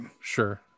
Sure